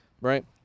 right